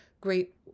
Great